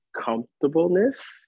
comfortableness